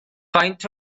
faint